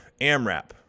AMRAP